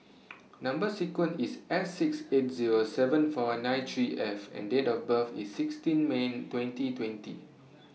Number sequence IS S six eight Zero seven four nine three F and Date of birth IS sixteen May twenty twenty